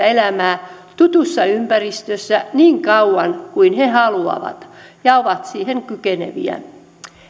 elämää tutussa ympäristössä niin kauan kuin he haluavat ja ovat siihen kykeneviä